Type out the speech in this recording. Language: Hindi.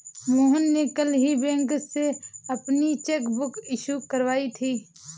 मोहन ने कल ही बैंक से अपनी चैक बुक इश्यू करवाई थी